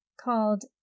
called